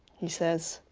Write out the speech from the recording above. he says,